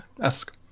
ask